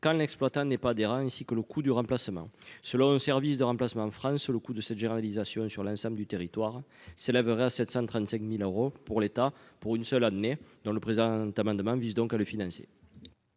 quand l'exploitant n'est pas des rats, ainsi que le coût du remplacement, selon le service de remplacement France sur le coût de cette généralisation sur l'ensemble du territoire s'élèverait à 735000 euros pour l'État pour une seule année dans le président tu amendement vise donc à le financer.